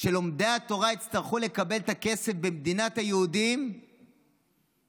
שלומדי התורה יצטרכו לקבל את הכסף במדינת היהודים במפלגה